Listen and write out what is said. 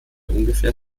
ungefähr